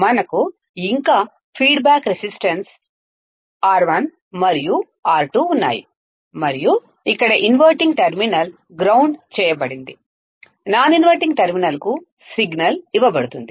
మనకు ఇంకా feedback resistance R1 మరియు R2 ఉన్నాయి మరియు ఇక్కడ ఇన్వర్టింగ్ టెర్మినల్ గ్రౌండ్ చేయబడింది నాన్ఇన్వర్టింగ్ టెర్మినల్కు సిగ్నల్ ఇవ్వబడుతుంది